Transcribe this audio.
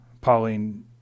Pauline